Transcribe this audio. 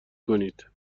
کنید